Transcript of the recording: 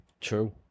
True